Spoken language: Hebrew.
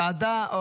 ועדה?